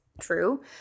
true